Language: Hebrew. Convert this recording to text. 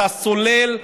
אתה סולל,